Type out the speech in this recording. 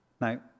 Now